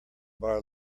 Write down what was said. bar